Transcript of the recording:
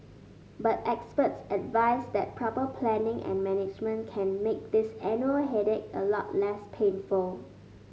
but experts advice that proper planning and management can make this annual headache a lot less painful